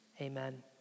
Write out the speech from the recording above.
Amen